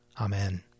Amen